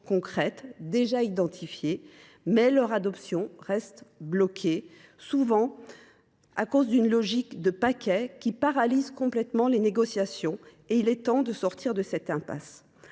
concrètes, déjà identifiées, mais leur adoption reste bloquée, souvent par une logique de « paquets » qui paralyse totalement les négociations. Il est temps de sortir de cette impasse.